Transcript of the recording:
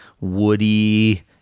woody